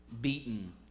beaten